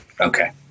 okay